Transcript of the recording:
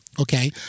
Okay